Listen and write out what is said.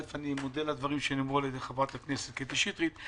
אני מודה על הדברים שנאמרו על ידי חברת הכנסת קטי שטרית.